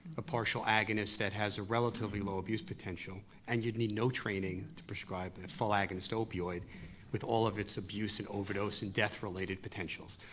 a partial agonist that has a relatively low abuse potential and you'd need no training to prescribe a full agonist opioid with all of its abuse and overdose and death-related potentials.